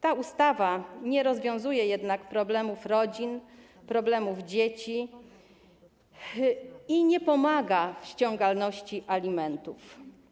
Ta ustawa nie rozwiązuje jednak problemów rodzin, problemów dzieci i nie pomaga w ściągalności alimentów.